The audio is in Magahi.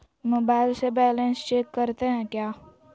मोबाइल से बैलेंस चेक करते हैं क्या?